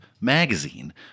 magazine